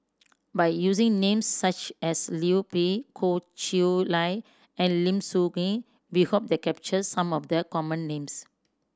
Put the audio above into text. by using names such as Liu Peihe Goh Chiew Lye and Lim Soo Ngee we hope to capture some of the common names